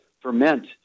ferment